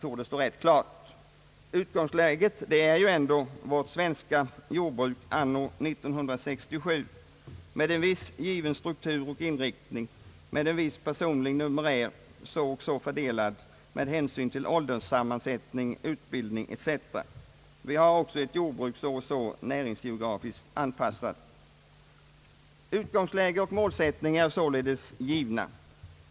torde stå rätt klart. Utgångsläget är ju ändå vårt svenska jordbruk anno 1967 med en viss given struktur och inriktning, med en viss personlig numerär så och så fördelad med hänsyn till ålderssammansättning, utbildning etc. Vi har ett jordbruk på visst sätt näringsgeografiskt anpassat osv. Utgångsläge och målsättning är således givna.